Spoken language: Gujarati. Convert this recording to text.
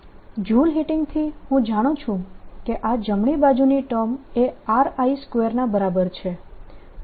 2πa I2 a2RI2length dWdt0Enegy flowing in joule હીટિંગથી હું જાણું છું કે આ જમણી બાજુની ટર્મ એ RI2 ના બરાબર છે